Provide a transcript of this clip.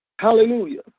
Hallelujah